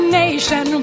nation